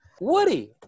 Woody